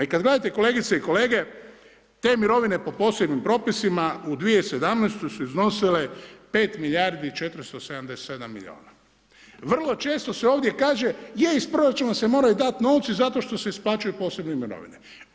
I kad gledate, kolegice i kolege, te mirovine po posebnim propisima u 2017. su iznosile 5 milijardi i 477 milijuna, vrlo često se ovdje kaže, je iz proračuna se moraju dati novci zato što se isplaćuju posebne mirovine.